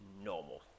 normal